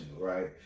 right